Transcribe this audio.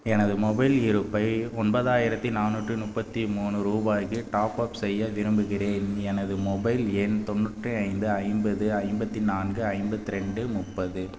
எனது மொபைல் இருப்பை ஒன்பதாயிரத்து நானுாற்று முப்பத்தி மூணு ரூபாய்க்கு டாப் அப் செய்ய விரும்புகிறேன் எனது மொபைல் எண் தொண்ணூற்றி ஐந்து ஐம்பது ஐம்பத்து நான்கு ஐம்பத்து ரெண்டு முப்பது